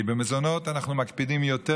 כי במזונות אנחנו מקפידים יותר,